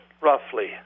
roughly